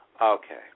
okay